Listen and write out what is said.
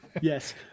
Yes